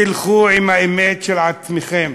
תלכו עם האמת של עצמכם.